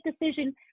decision